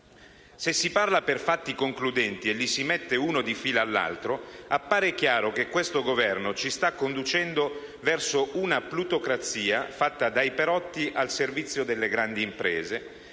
se si parla per fatti concludenti e li si mette uno di fila all'altro, appare chiaro che questo Governo ci sta conducendo verso una plutocrazia fatta dai Perotti al servizio delle grandi imprese